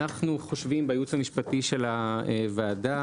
אנחנו חושבים בייעוץ המשפטי של הוועדה,